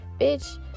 Bitch